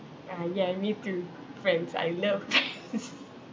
ah ya me too friends I love